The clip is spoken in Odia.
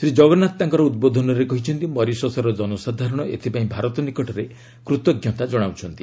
ଶ୍ରୀ ଜଗନ୍ନାଥ ତାଙ୍କର ଉଦ୍ବୋଧନରେ କହିଛନ୍ତି ମରିସସ୍ର ଜନସାଧାରଣ ଏଥିପାଇଁ ଭାରତ ନିକଟରେ କୃତଜ୍ଞତା ଜଣାଉଛନ୍ତି